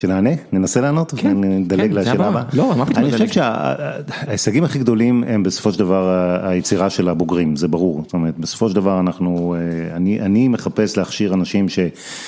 שנענה? ננסה לענות, ונדלג לשאלה הבאה? אני חושב שההישגים הכי גדולים הם בסופו של דבר היצירה של הבוגרים, זה ברור. זאת אומרת, בסופו של דבר אני מחפש להכשיר אנשים ש...